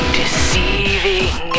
deceiving